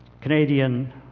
Canadian